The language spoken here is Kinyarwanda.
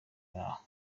aho